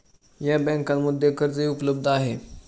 या बँकांमध्ये कर्जही उपलब्ध आहे